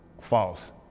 false